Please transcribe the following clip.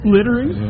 Littering